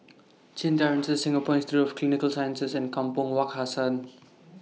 Chin Terrace Singapore Institute For Clinical Sciences and Kampong Wak Hassan